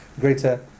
greater